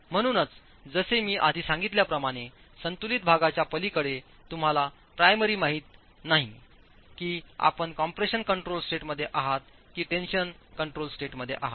म्हणूनच जसे मी आधी सांगितल्याप्रमाणे संतुलित भागाच्या पलीकडे तुम्हाला प्रीमिरी माहित नाही की आपण कंप्रेशन कंट्रोल स्टेटमध्ये आहात किंवा टेन्शन कंट्रोल स्टेटमध्ये आहात